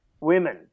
women